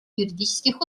юридических